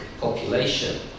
population